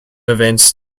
events